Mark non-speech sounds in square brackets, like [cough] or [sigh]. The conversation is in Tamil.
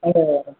அதுதான் [unintelligible]